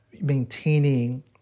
maintaining